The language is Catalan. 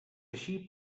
així